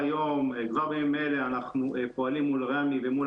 כבר בימים האלה אנחנו פועלים מול רמי ומול